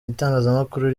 itangazamakuru